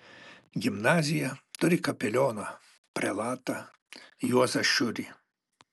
gimnazija turi kapelioną prelatą juozą šiurį